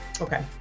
Okay